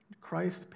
Christ